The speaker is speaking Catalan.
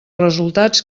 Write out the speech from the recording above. resultats